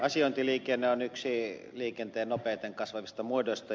asiointiliikenne on yksi liikenteen nopeimmin kasvavista muodoista